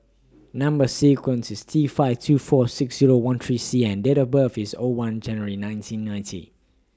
Number sequence IS T five two four six Zero one three C and Date of birth IS O one January nineteen ninety